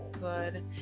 good